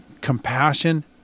compassion